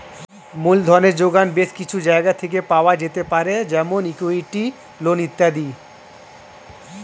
মূলধনের জোগান বেশ কিছু জায়গা থেকে পাওয়া যেতে পারে যেমন ইক্যুইটি, লোন ইত্যাদি